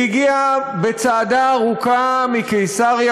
היא הגיעה בצעדה ארוכה מקיסריה,